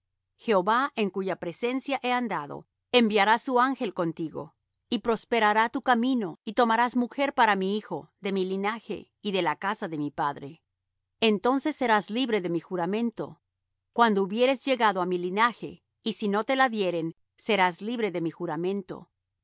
jehová en cuya presencia he andado enviará su ángel contigo y prosperará tu camino y tomarás mujer para mi hijo de mi linaje y de la casa de mi padre entonces serás libre de mi juramento cuando hubieres llegado á mi linaje y si no te la dieren serás libre de mi juramento